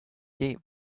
grate